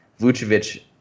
Vucevic